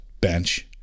bench